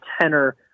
tenor